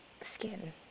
Skin